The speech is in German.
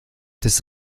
des